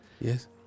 Yes